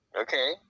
Okay